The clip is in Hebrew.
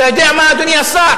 אתה יודע מה, אדוני השר,